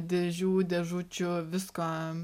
dėžių dėžučių viską